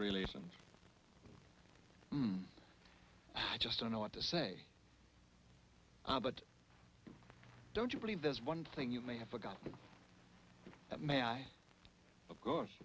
and i just don't know what to say but don't you believe there's one thing you may have forgotten that man i of course